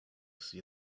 see